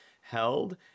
held